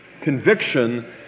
conviction